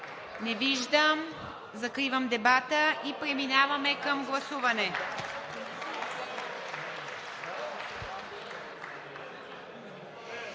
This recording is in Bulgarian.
Не виждам. Закривам дебата и преминаваме към гласуване.